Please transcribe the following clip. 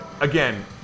again